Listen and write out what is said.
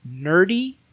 nerdy